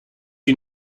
you